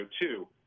two